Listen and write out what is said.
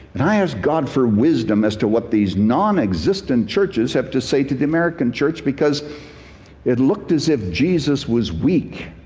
and i asked god for wisdom as to what these non-existent churches have to say to the american church. because it looked as if jesus was weak.